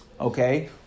Okay